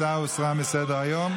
42. ההצעה הוסרה מסדר-היום.